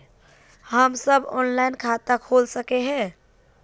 हम सब ऑनलाइन खाता खोल सके है?